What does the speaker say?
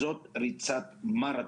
זאת ריצת מרתון.